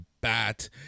bat